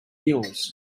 mules